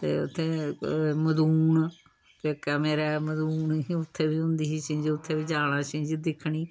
ते उत्थै मदून प्योके मेरे मदून उत्थै बी हुंदी ही छिंज उत्थै जाना छिंज दिक्खनी